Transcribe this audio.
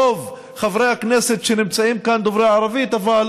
רוב חברי הכנסת שנמצאים כאן דוברי ערבית, אבל